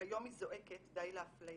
וכיום היא זועקת, די לאפליה,